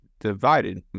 divided